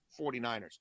49ers